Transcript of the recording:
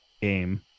game